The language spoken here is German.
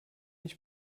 ich